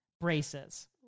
Braces